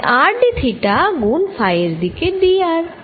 তাই r d theta গুণ phi দিকে d r